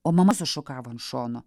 o mama sušukavo ant šono